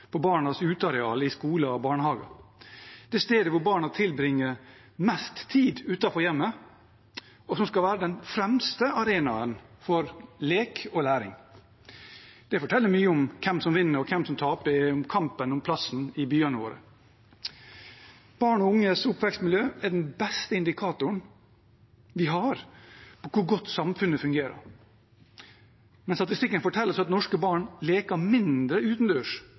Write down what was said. på barnas uteareal i skole og barnehage, det stedet hvor barna tilbringer mest tid utenfor hjemmet, og som skal være den fremste arenaen for lek og læring. Det forteller mye om hvem som vinner og hvem som taper i kampen om plassen i byene våre. Barn og unges oppvekstmiljø er den beste indikatoren vi har på hvor godt samfunnet fungerer. Men statistikken forteller oss at norske barn leker mindre